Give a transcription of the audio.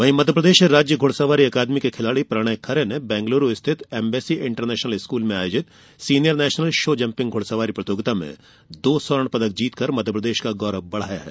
वहीं मध्यप्रदेश राज्य घुड़सवारी अकादमी के खिलाड़ी प्रणय खरे ने बेंगलुरु स्थित एम्बेसी इंटरनेशनल स्कूल में आयोजित सीनियर नेशनल शो जंपिंग घुड़सवारी प्रतियोगिता में दो स्वर्ण पदक जीतकर मध्यप्रदेश का गौरव बढ़ाया है